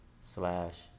slash